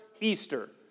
Easter